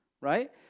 right